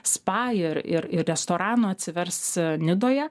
spa ir ir ir restoranų atsivers nidoje